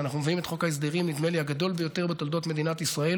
אנחנו מביאים את חוק ההסדרים הגדול ביותר בתולדות מדינת ישראל,